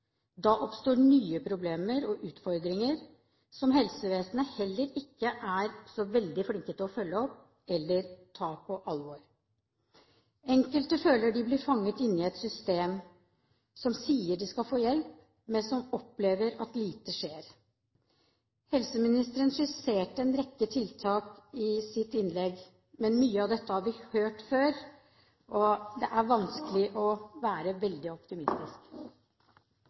Da oppstår nye problemer og utfordringer, som helsevesenet heller ikke er så veldig flink til å følge opp eller ta på alvor. Enkelte føler de blir fanget i et system der det sies at de skal få hjelp, men hvor de opplever at lite skjer. Helseministeren skisserte en rekke tiltak i sitt innlegg, men mye av dette har vi hørt før, og det er vanskelig å være veldig optimistisk.